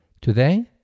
Today